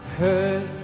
heard